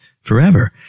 forever